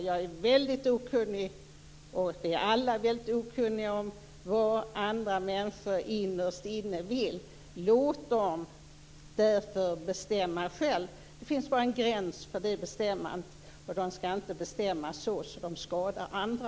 Jag är väldigt okunnig - det är vi alla - om vad andra människor innerst inne vill. Låt dem därför bestämma själva! Det finns bara en gräns för det bestämmandet, och man skall inte bestämma så att det skadar andra.